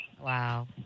Wow